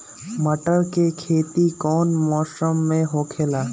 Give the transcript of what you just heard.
मटर के खेती कौन मौसम में होखेला?